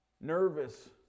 nervous